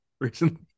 recently